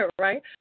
right